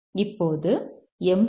இப்போது எம்